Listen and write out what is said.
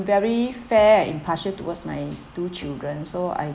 very fair impartial towards my two children so I